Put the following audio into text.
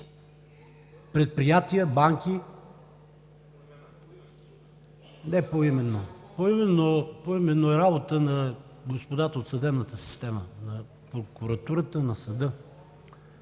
реплика.) Не поименно. Поименно е работа на господата от съдебната система – на прокуратурата, на съда.